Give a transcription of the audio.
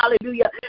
Hallelujah